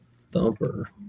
Thumper